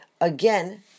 Again